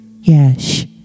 Yes